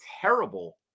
terrible